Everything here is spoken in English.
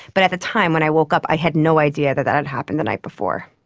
but at the time when i woke up i had no idea that that had happened the night before.